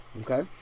Okay